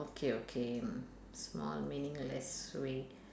okay okay mm small meaningless way